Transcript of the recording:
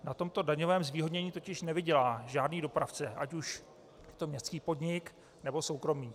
Na tomto daňovém zvýhodnění totiž nevydělá žádný dopravce, ať už je to městský podnik, nebo soukromník.